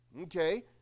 okay